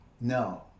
no